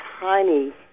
tiny